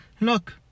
Look